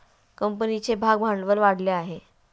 कंपनीचे भागभांडवल वाढले आहे